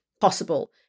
possible